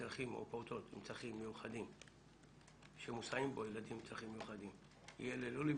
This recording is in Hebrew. פעוטות עם צרכים מיוחדים יהיה ללא ליווי?